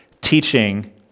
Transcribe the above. teaching